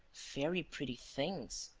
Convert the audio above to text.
very pretty things,